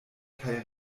kaj